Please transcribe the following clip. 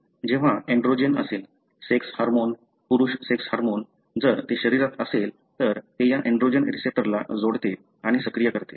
जेव्हा एंड्रोजन असेल sex hormone पुरुष सेक्स हार्मोन जर ते शरीरात असेल तर ते या ऍन्ड्रोजन रिसेप्टरला जोडते आणि सक्रिय करते